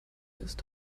ist